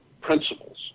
principles